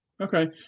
Okay